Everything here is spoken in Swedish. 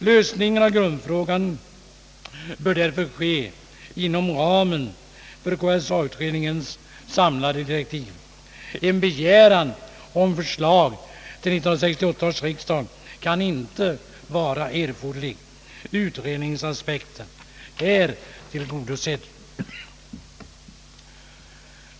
Lösningen av grundfrågan bör därför ske inom ramen för KSA-utredningens samlade direktiv. En begäran om för slag till 1968 års riksdag kan inte vara erforderlig. Utredningsaspekten är tillgodosedd.